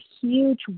huge